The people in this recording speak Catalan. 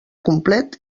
complet